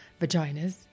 vaginas